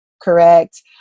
correct